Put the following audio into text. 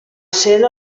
essent